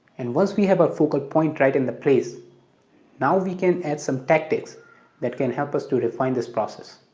and once we have our focal point right in the place now we can add some tactics that can help us to refine this process.